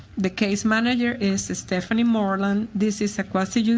the case manager is to stephanie marlon. this is a quasi yeah